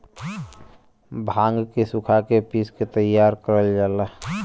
भांग के सुखा के पिस के तैयार करल जाला